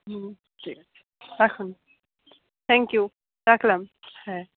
হুম ঠিক আছে রাখুন থ্যাংক ইউ রাখলাম হ্যাঁ